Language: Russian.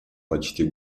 почти